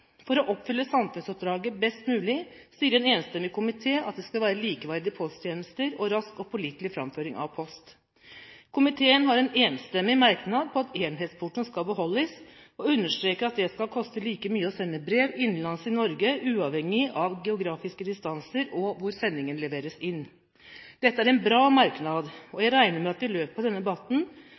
For å oppfylle samfunnsoppdraget best mulig sier en enstemmig komité at det skal være likeverdige posttjenester og rask og pålitelig framføring av post. Komiteen har en enstemmig merknad om at enhetsportoen skal beholdes, og understreker at det skal koste like mye å sende brev innenlands i Norge, uavhengig av geografiske distanser og hvor sendingen leveres inn. Dette er en bra merknad. Jeg regner med at vi i løpet av denne debatten